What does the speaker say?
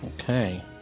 Okay